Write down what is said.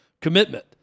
commitment